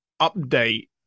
update